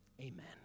amen